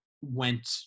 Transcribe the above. went